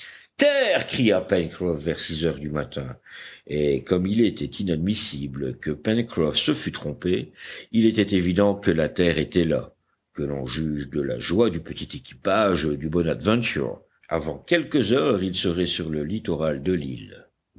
terre cria pencroff vers six heures du matin et comme il était inadmissible que pencroff se fût trompé il était évident que la terre était là que l'on juge de la joie du petit équipage du bonadventure avant quelques heures il serait sur le littoral de l'île